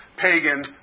pagan